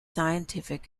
scientific